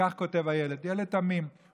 כך כותב הילד, ילד תמים.